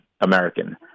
American